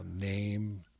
name